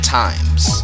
times